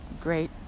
great